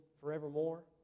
forevermore